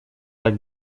так